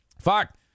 Fuck